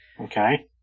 Okay